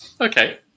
Okay